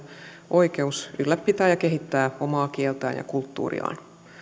oikeus ylläpitää ja kehittää omaa kieltään ja kulttuuriaan